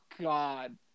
God